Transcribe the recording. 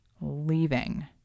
leaving